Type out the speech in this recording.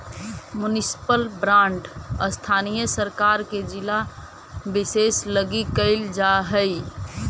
municipal bond स्थानीय सरकार से जिला विशेष लगी कैल जा हइ